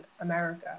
America